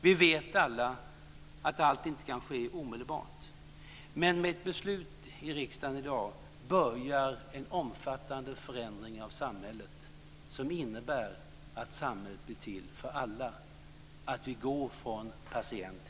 Vi vet alla att allt inte kan ske omedelbart, men med ett beslut i riksdagen i dag börjar en omfattande förändring av samhället som innebär att samhället blir till för alla och att vi går från patient till medborgare.